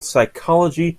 psychology